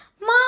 Mom